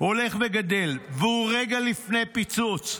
" והוא רגע לפני פיצוץ.